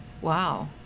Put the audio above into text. wow